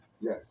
Yes